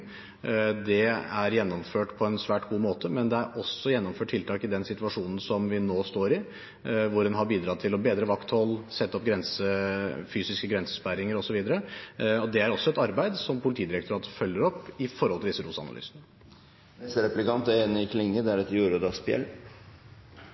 Det er gjennomført på en svært god måte, men det er også gjennomført tiltak i den situasjonen som vi nå står i, hvor en har bidratt til å bedre vakthold, sette opp fysiske grensesperringer osv. Det er også et arbeid som Politidirektoratet følger opp i forhold til